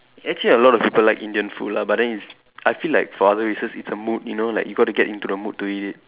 actually a lot of people like Indian food lah but then it's I feel like for other races it's a mood you know like you got to get into the mood to eat it